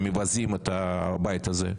שמבזים את הבית הזה.